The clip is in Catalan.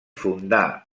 fundà